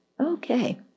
Okay